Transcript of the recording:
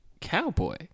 Cowboy